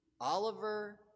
Oliver